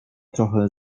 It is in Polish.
trochę